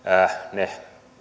ne